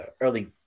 early